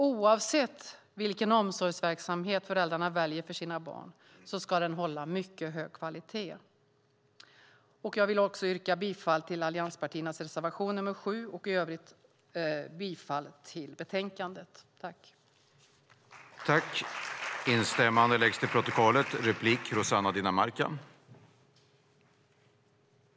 Oavsett vilken omsorgsverksamhet föräldrarna väljer för sina barn ska den hålla en mycket hög kvalitet. Jag yrkar bifall till allianspartiernas reservation nr 7 och i övrigt till utskottets förslag till beslut i betänkandet. I detta anförande instämde Yvonne Andersson och Camilla Waltersson Grönvall .